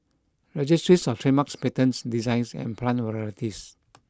Registries Of Trademarks Patents Designs and Plant Varieties